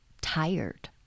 tired